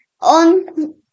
on